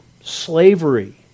slavery